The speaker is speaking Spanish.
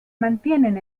mantienen